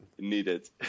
needed